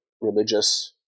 Religious